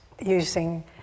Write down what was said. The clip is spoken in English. using